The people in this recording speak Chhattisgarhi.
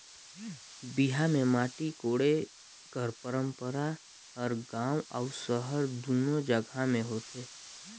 बिहा मे माटी कोड़े कर पंरपरा हर गाँव अउ सहर दूनो जगहा मे होथे